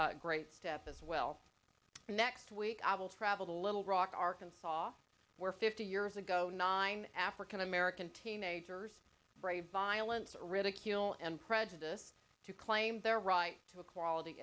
great step as well next week i will travel to little rock arkansas where fifty years ago nine african american teenagers brave violence or ridicule and prejudice to claim their right to a quality